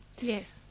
Yes